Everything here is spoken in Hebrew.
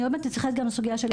איפה התקיים הדיון?